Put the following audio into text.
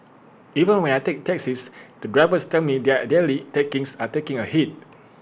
even when I take taxis the drivers tell me their daily takings are taking A hit